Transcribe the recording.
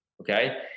okay